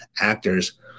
actors